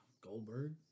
Goldberg